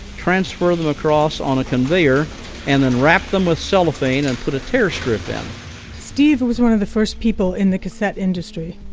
transfer them across on a conveyor and then wrap them with cellophane and put a tear strip in steve was one of the first people in the cassette industry,